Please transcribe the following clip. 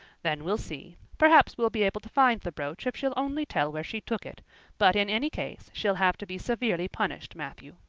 then we'll see. perhaps we'll be able to find the brooch if she'll only tell where she took it but in any case she'll have to be severely punished, matthew.